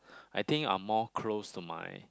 I think I'm more close to my